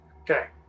Okay